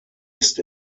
ist